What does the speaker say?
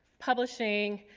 publishing,